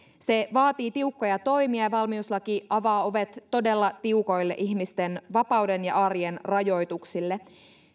se vaatii tiukkoja toimia ja valmiuslaki avaa ovet todella tiukoille ihmisten vapauden ja arjen rajoituksille